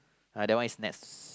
uh that one is next